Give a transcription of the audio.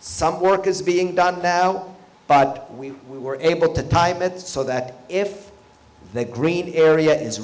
some work is being done now but we were able to time it so that if they green area i